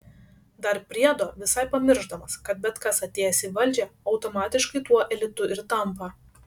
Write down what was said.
dar priedo visai pamiršdamas kad bet kas atėjęs į valdžią automatiškai tuo elitu ir tampa